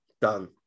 Done